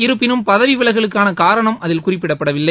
இருப்பினும் பதவிவிலகலனுக்கானகாரணம் அதில் குறிப்பிடப்படவில்லை